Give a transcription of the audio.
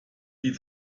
die